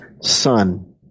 son